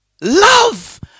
Love